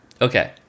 Okay